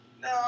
No